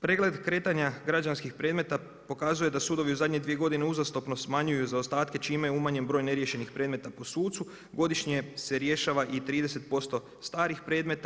Pregled kretanja građanskih predmeta pokazuje da sudovi u zadnje 2 godine uzastopno smanjuju zaostatke čime je umanjen broj neriješenih predmeta po sucu, godišnje se rješava i 30% starih predmeta.